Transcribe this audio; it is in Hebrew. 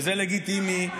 וזה לגיטימי.